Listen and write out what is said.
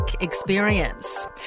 experience